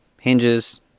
hinges